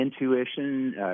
intuition